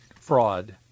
fraud